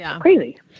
crazy